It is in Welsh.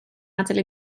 adael